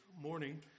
morning